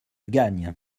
gagne